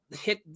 hit